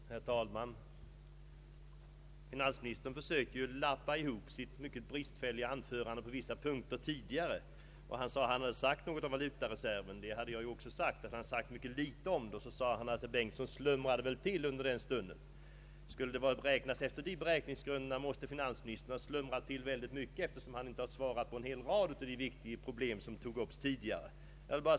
Herr talman! Finansministern försökte lappa ihop sitt mycket bristfälliga tidigare anförande på vissa punkter. Han förklarade att han hade talat om valutareserven. Jag påstod att han har talat ytterst litet om den. Då sade finansministern att herr Bengtson väl hade slumrat till under den stunden. Skall man gå efter de beräkningsgrunderna, måste finansministern ha slumrat till väldigt mycket, eftersom han inte har svarat på en hel rad av de viktiga frågor som togs upp tidigare.